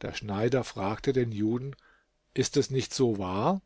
der schneider fragte den juden ist es nicht so wahr